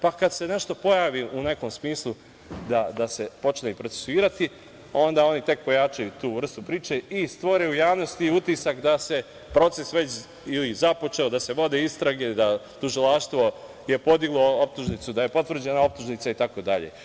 Pa kad se nešto pojavi u nekom smislu da se počne i procesuirati, onda oni tek pojačaju tu vrstu priče i stvore u javnosti utisak da se proces već ili započeo, ili vode istrage, da je tužilaštvo podiglo optužnicu, da je potvrđena optužnica, itd.